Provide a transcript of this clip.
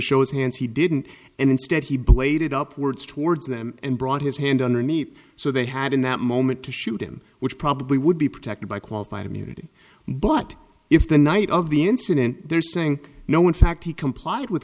his hands he didn't and instead he bladed upwards towards them and brought his hand underneath so they had in that moment to shoot him which probably would be protected by qualified immunity but if the night of the incident they're saying no in fact he complied with